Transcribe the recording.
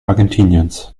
argentiniens